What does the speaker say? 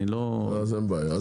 אין בעיה.